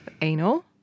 anal